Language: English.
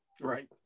Right